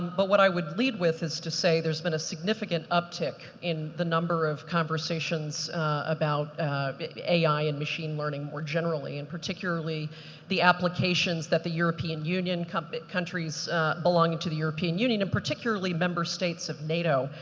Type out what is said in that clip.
but what i would lead with is to say there's been a significant uptick in the number of conversations about ai and machine learning were generally and particularly the applications that the european union countries countries belonging to the european union and particularly member states of nato.